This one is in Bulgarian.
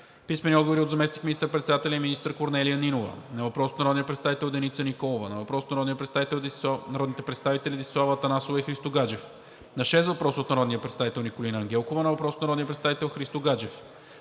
Христо Гаджев; - заместник министър-председателя и министър Корнелия Нинова на въпрос от народния представител Деница Николова; на въпрос от народните представители Десислава Атанасова и Христо Гаджев; на шест въпроса от народния представител Николина Ангелкова; на въпрос от народния представител Христо Гаджев;